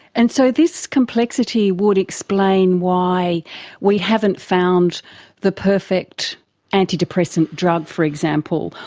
and so this complexity would explain why we haven't found the perfect antidepressant drug, for example,